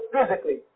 physically